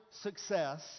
success